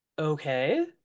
Okay